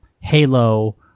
Halo